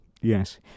Yes